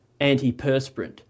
antiperspirant